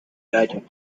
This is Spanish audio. gallo